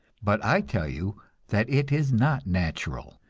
but i tell you that it is not natural,